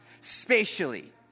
spatially